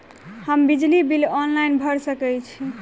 हम बिजली bill online भैर सकै छी?